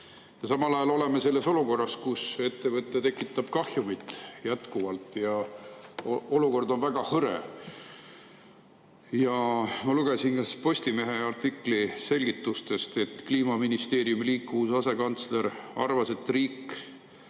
Samal ajal oleme selles olukorras, kus ettevõte tekitab jätkuvalt kahjumit ja olukord on väga hõre. Ma lugesin ka Postimehe artikli selgitustest, et Kliimaministeeriumi liikuvuse asekantsler arvab, et riik